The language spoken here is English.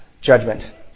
judgment